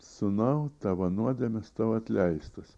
sūnau tavo nuodėmės tau atleistos